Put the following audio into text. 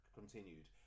continued